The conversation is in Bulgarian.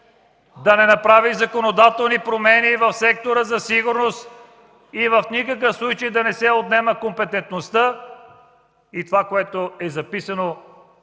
да не направи законодателни промени в сектор „Сигурност” и в никакъв случай да не се отнема компетентността и това, което е записано